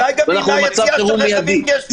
ואנחנו במצב חירום מיידי.